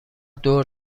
دور